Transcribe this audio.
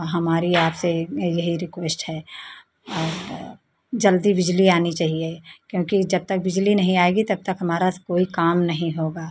हमारी आपसे यही रिक्वेश्ट है और जल्दी बिजली आनी चहिए क्योंकि जब तक बिजली नहीं आएगी तब तक हमारा कोई काम नहीं होगा